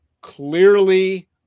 Clearly